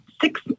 six